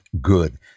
good